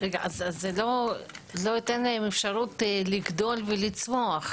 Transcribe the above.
זה לא נותן להם אפשרות לגדול ולצמוח.